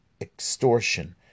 extortion